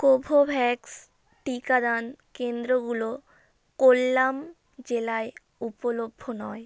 Covovax টিকাদান কেন্দ্রগুলো কোল্লাম জেলায় উপলভ্য নয়